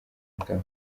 ibitabo